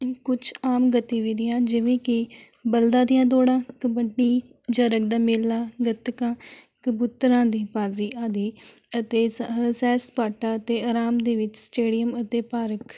ਕੁਛ ਆਮ ਗਤੀਵਿਧੀਆਂ ਜਿਵੇਂ ਕਿ ਬਲਦਾਂ ਦੀਆਂ ਦੌੜਾਂ ਕਬੱਡੀ ਜਰਗ ਦਾ ਮੇਲਾ ਗੱਤਕਾ ਕਬੂਤਰਾਂ ਦੀ ਬਾਜ਼ੀ ਆਦਿ ਅਤੇ ਸੈ ਸੈਰ ਸਪਾਟਾ ਅਤੇ ਆਰਾਮ ਦੇ ਵਿੱਚ ਸਟੇਡੀਅਮ ਅਤੇ ਪਾਰਕ